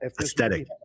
aesthetic